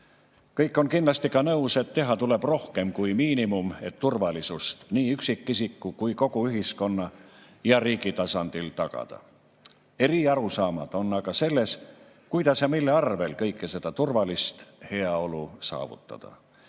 Kõik on kindlasti ka nõus, et teha tuleb rohkem kui miinimum, et turvalisust nii üksikisiku kui ka kogu ühiskonna ja riigi tasandil tagada. Erinevad arusaamad on aga sellest, kuidas ja mille arvel kogu seda turvalist heaolu saavutada.